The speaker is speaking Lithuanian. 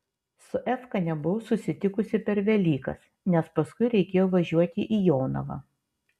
su efka nebuvau susitikus per velykas nes paskui reikėjo važiuoti į jonavą